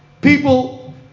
People